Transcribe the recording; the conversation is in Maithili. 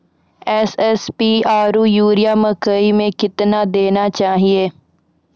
एस.एस.पी आरु यूरिया मकई मे कितना देना चाहिए?